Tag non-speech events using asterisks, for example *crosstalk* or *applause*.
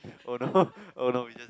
oh no *laughs* oh no we just